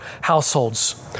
households